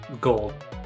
gold